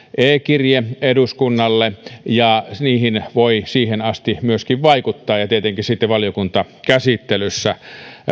e kirje eduskunnalle ja tähän kysymykseen voi siihen asti vaikuttaa ja tietenkin sitten valiokuntakäsittelyssä